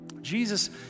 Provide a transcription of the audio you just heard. Jesus